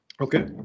Okay